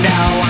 Now